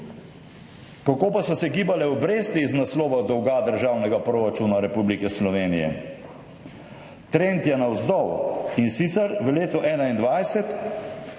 Kako pa so se gibale obresti iz naslova dolga državnega proračuna Republike Slovenije? Trend je navzdol, in sicer: v letu 2021